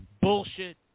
bullshit